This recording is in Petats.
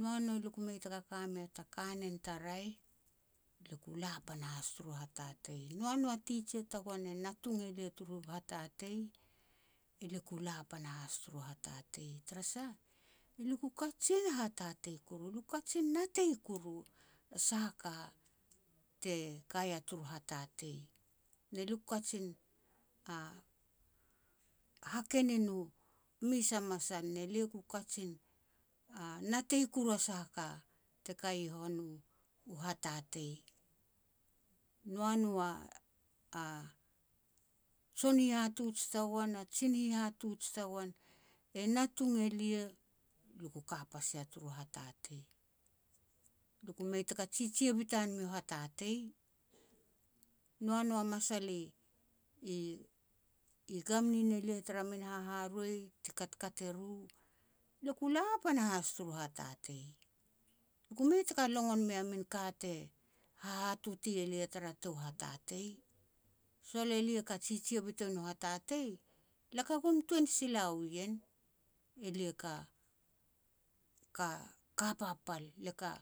noa no elia ku mei taka ka mea ta kanen ta raeh, lia ku la panahas turu hatatei. Noa no a tijia tagoan e natung elia turu hatatei, elia ku la panahas turu hatatei. Tara sah, elia ku kajin hatatei kuru, elia ku kajin natei kuru a sah a ka te kaia turu hatatei. Ne lia ku kajin hakenin u mes a masal, ne lia ku kajin natei kuru a sah a ka te kai i hon u hatatei. Noa no a jon hihatuj tagoan na jin hihtuj tagoan e natung elia, lia ku ka pas ia turu hatatei. Lia ku mei taka jijia bitan miu hatatei, noa no a masal i-i gam nien elia tara min haharoi ti katkat eru, lia ku la panahas turu hatatei. Gu mei taka logon mea min ka te hahatote elia tara tou hatatei. Sol elia ka jijia bitan u hatatei, lia ka min tun sila u ien. Elia ka-ka-ka papal, lia ka